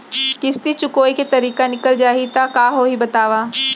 किस्ती चुकोय के तारीक निकल जाही त का होही बताव?